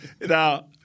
now